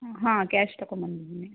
ಹಾಂ ಕ್ಯಾಶ್ ತಕೊ ಬಂದಿದ್ದೀನಿ